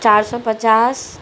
چار سو پچاس